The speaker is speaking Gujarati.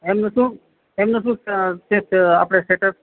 અને શું તમને શું આપણે સ્ટેટસ